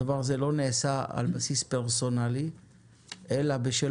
הדבר הזה לא נעשה על בסיס פרסונלי אל בשל